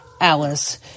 Alice